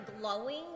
glowing